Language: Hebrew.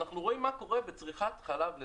אנחנו רואים מה קורה בצריכת חלב לנפש.